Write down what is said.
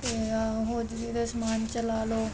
ਅਤੇ ਆਹ ਹੋਰ ਜਿਹੜੇ ਸਮਾਨ ਚਲਾ ਲਓ